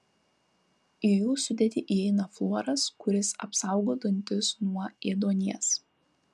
į jų sudėtį įeina fluoras kuris apsaugo dantis nuo ėduonies